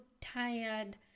tired